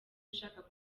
ishaka